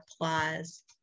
applause